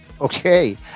Okay